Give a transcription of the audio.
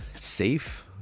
safe